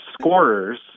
scorers